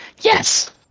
Yes